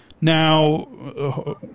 Now